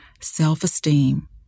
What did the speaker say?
self-esteem